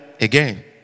again